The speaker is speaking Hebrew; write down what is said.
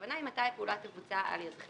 הכוונה היא מתי הפעולה תבוצע על ידכם.